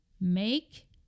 make